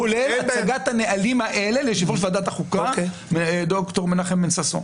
כולל הצגת הנהלים האלה ליושב-ראש ועדת החוקה ד"ר מנחם בן-ששון.